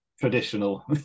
traditional